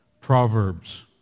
Proverbs